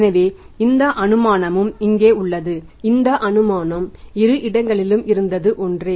எனவே இந்த அனுமானமும் இங்கே உள்ளது இந்த அனுமானம் இரு இடங்களிலும் இருந்தது ஒன்றே